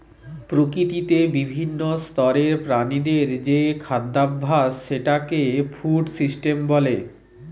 প্রকৃতিতে বিভিন্ন স্তরের প্রাণীদের যে খাদ্যাভাস সেটাকে ফুড সিস্টেম বলে